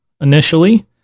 initially